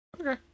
Okay